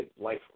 life